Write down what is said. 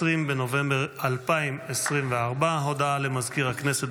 20 בנובמבר 2024. הודעה למזכיר הכנסת,